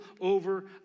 over